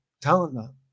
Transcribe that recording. talent